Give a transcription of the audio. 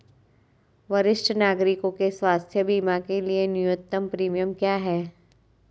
वरिष्ठ नागरिकों के स्वास्थ्य बीमा के लिए न्यूनतम प्रीमियम क्या है?